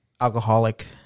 alcoholic